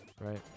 right